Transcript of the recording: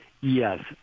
Yes